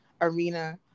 arena